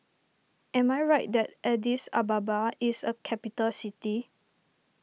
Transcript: am I right that Addis Ababa is a capital city